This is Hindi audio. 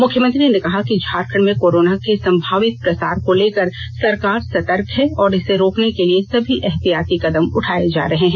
मुख्यमंत्री ने कहा कि झारखंड में कोरोना के संभावित प्रसार को लेकर सरकार सतर्क है और इसे रोकने के लिए सभी एहतियात कदम उठाए जा रहे हैं